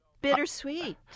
bittersweet